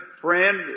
friend